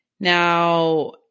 Now